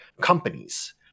companies